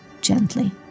gently